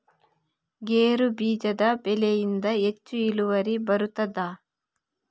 ಗೇರು ಬೀಜದ ಬೆಳೆಯಿಂದ ಹೆಚ್ಚು ಇಳುವರಿ ಬರುತ್ತದಾ?